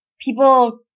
people